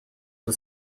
com